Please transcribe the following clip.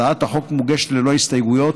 הצעת החוק מוגשת ללא הסתייגויות,